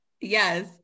Yes